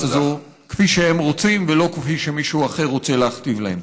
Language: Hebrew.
הזאת כפי שהם רוצים ולא כפי שמישהו אחר רוצה להכתיב להם.